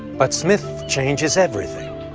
but smith changes everything.